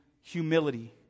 Humility